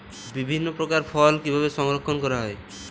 বিভিন্ন প্রকার ফল কিভাবে সংরক্ষণ করা হয়?